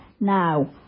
Now